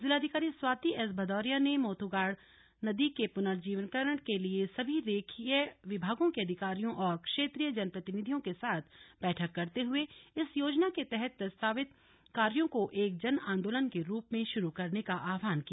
जिलाधिकारी स्वाति एस भदौरिया ने मोथूगाढ़ नदी के पुनर्जीवीकरण के लिए सभी रेखीय विभागों के अधिकारियों और क्षेत्रीय जनप्रतिनिधियों के साथ बैठक करते हुए इस योजना के तहत प्रस्तावित कार्यों को एक जनआंदोलन के रूप में शुरू करने का आह्वान किया